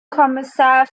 kommissar